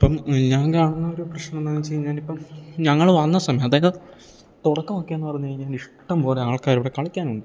അപ്പം ഞാൻ കാണുന്ന ഒരു പ്രശ്നം എന്താണെന്ന് വെച്ച് കഴിഞ്ഞാൽ ഇപ്പം ഞങ്ങൾ വന്ന സമയം അതായത് തുടക്കം ഒക്കെ എന്ന് പറഞ്ഞ് കഴിഞ്ഞാൽ ഇഷ്ടംപോലെ ആൾക്കാരിവിടെ കളിക്കാനുണ്ട്